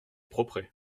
propret